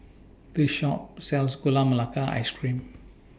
This Shop sells Gula Melaka Ice Cream